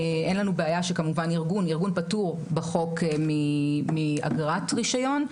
אין לנו בעיה שכמובן ארגון פטור בחוק מאגרת רישיון,